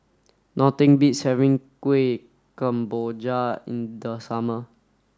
nothing beats having Kuih Kemboja in the summer